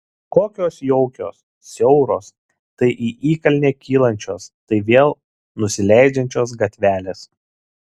kokios jaukios siauros tai į įkalnę kylančios tai vėl nusileidžiančios gatvelės